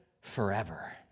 forever